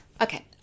Okay